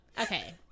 okay